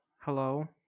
Hello